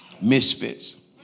misfits